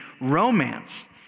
romance